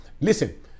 Listen